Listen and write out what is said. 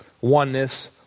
oneness